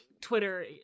Twitter